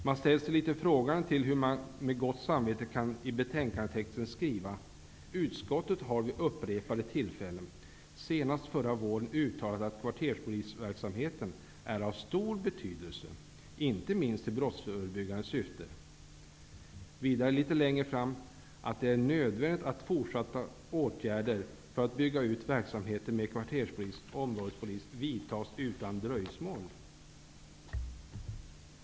Jag ställer mig frågande till hur man med gott samvete kan skriva följande i betänkandetexten: ''Utskottet har vid upprepade tillfällen, senast förra våren --, uttalat att kvarterspolisverksamheten är av stor betydelse, inte minst i brottsförebyggande syfte.'' Man skriver vidare litet längre fram i texten: ''-- det är nödvändigt att fortsatta åtgärder för att bygga ut verksamheten med kvarterspolis och områdespolis vidtas utan dröjsmål.''